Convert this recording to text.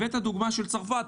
הבאת דוגמה של צרפת,